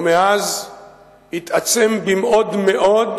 ומאז התעצם במאוד-מאוד,